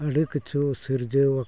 ᱟᱹᱰᱤ ᱠᱤᱪᱷᱩ ᱥᱤᱨᱡᱟᱹᱣ ᱟᱠᱟᱱ